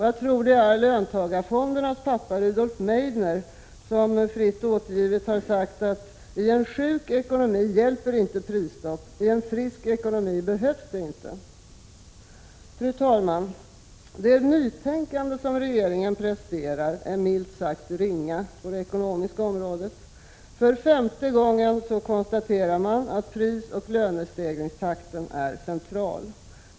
Jag tror det är löntagarfondernas pappa Rudolf Meidner som, fritt återgivet, har sagt att ”i en sjuk ekonomi hjälper inte prisstopp, i en frisk ekonomi behövs det inte”. Fru talman! Det nytänkande som regeringen presterar är milt sagt ringa på det ekonomiska området. För femte gången konstaterar man att prisoch lönestegringsfrågorna är det centrala.